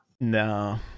No